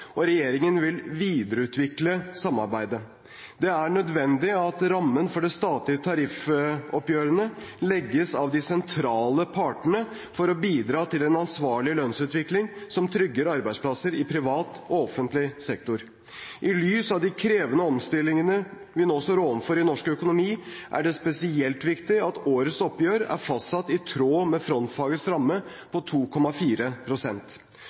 og regjeringen vil videreutvikle samarbeidet. Det er nødvendig at rammen for de statlige tariffoppgjørene legges av de sentrale partene for å bidra til en ansvarlig lønnsutvikling som trygger arbeidsplasser i privat og offentlig sektor. I lys av de krevende omstillingene vi nå står overfor i norsk økonomi, er det spesielt viktig at årets oppgjør er fastsatt i tråd med frontfagets ramme